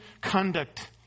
Conduct